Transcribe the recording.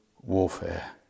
warfare